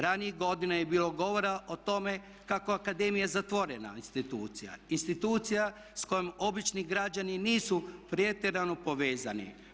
Ranijih godina je bilo govora o tome kako je akademija zatvorena institucija, institucija s kojom obični građani nisu pretjerano povezani.